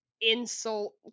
insult